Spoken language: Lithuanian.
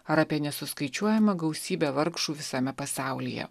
ar apie nesuskaičiuojamą gausybę vargšų visame pasaulyje